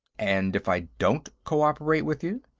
and if i don't cooperate with you?